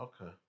Okay